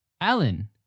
Alan